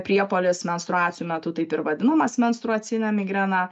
priepuolis menstruacijų metu taip ir vadinamas menstruacine migrena